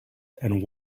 and